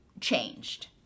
changed